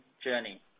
journey